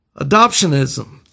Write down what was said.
Adoptionism